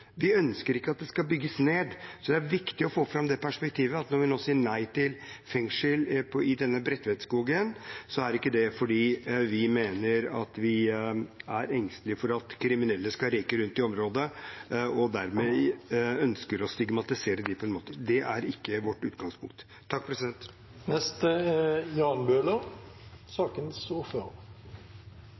Vi ønsker dette som en skog. Vi ønsker ikke at det skal bygges ned. Så det er viktig å få fram det perspektivet at når vi nå sier nei til fengsel i Bredtvetskogen, er det ikke fordi vi er engstelige for at kriminelle skal reke rundt i området, og dermed ønsker å stigmatisere dem. Det er ikke vårt utgangspunkt.